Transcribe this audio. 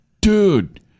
Dude